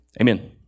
Amen